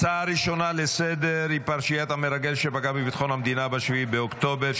הצעה ראשונה לסדר-היום: פרשיית המרגל שפגע בביטחון המדינה ב-7 באוקטובר,